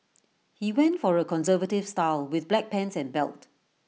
he went for A conservative style with black pants and belt